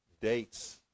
dates